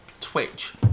Twitch